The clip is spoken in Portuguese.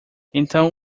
então